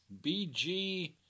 BG